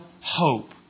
hope